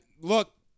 look